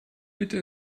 bitte